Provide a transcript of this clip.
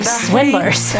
swindlers